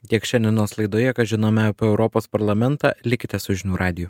tiek šiandienos laidoje ką žinome apie europos parlamentą likite su žinių radiju